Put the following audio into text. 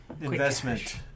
Investment